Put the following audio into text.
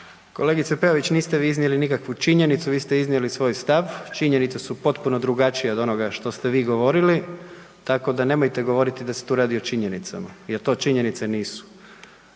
Kolegice Peović, niste vi iznijeli nikakvu činjenicu, vi ste iznijeli svoj stav, činjenice su potpuno drugačije što ste vi govorili. Tako da nemojte govoriti da se tu radi o činjenicama, jer to činjenice nisu.